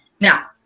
Now